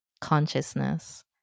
consciousness